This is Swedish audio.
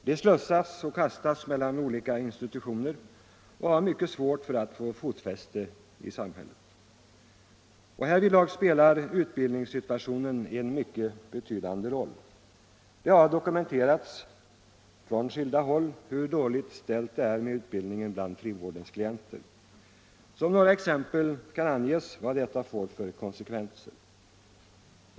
De slussas och kastas mellan olika institutioner och har mycket svårt att få fotfäste i samhället. Härvidlag spelar utbildningssituationen en mycket betydande roll. Det har dokumenterats från skilda håll hur dåligt ställt det är med utbildningen bland frivårdens klienter. Som exempel kan anges vad detta får för konsekvenser.